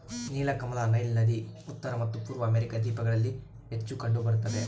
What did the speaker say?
ನೀಲಕಮಲ ನೈಲ್ ನದಿ ಉತ್ತರ ಮತ್ತು ಪೂರ್ವ ಅಮೆರಿಕಾ ದ್ವೀಪಗಳಲ್ಲಿ ಹೆಚ್ಚು ಕಂಡು ಬರುತ್ತದೆ